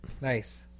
Nice